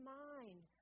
mind